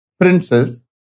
princess